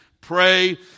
pray